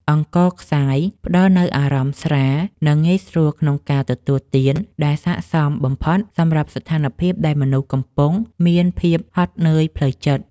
អង្ករខ្សាយផ្តល់នូវអារម្មណ៍ស្រាល និងងាយស្រួលក្នុងការទទួលទានដែលសក្តិសមបំផុតសម្រាប់ស្ថានភាពដែលមនុស្សកំពុងមានការហត់នឿយផ្លូវចិត្ត។